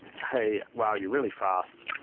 hey, well, you're really fast.